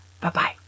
Bye-bye